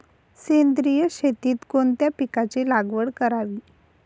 सेंद्रिय शेतीत कोणत्या पिकाची लागवड करावी?